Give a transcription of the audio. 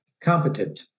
competent